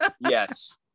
Yes